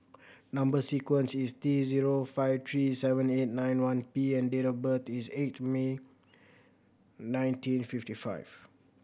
number sequence is T zero five three seven eight nine one P and date of birth is eight May nineteen fifty five